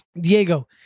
Diego